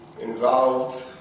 involved